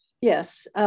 Yes